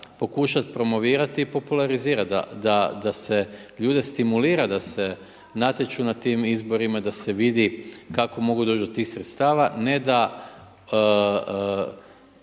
pokušati promovirati i popularizirati da se ljude stimulira, da se natječu na tim izborima, da se vidi kako mogu doći do tih sredstava, ne da